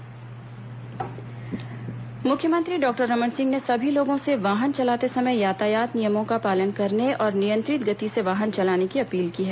मुख्यमंत्री अपील मुख्यमंत्री डॉक्टर रमन सिंह ने सभी लोगों से वाहन चलाते समय यातायात नियमों का पालन करने और नियंत्रित गति से वाहन चलाने की अपील की है